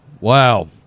Wow